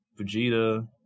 Vegeta